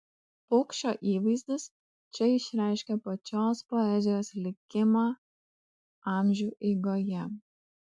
paukščio įvaizdis čia išreiškia pačios poezijos likimą amžių eigoje